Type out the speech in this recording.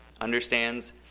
understands